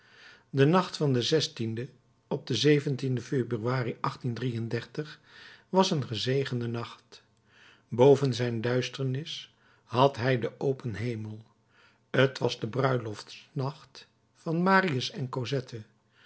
de nacht van den op den februari was een gezegende nacht boven zijn duisternis had hij den open hemel t was de bruiloftsnacht van marius en cosette